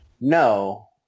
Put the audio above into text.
No